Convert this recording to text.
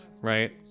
right